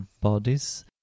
bodies